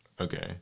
Okay